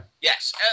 Yes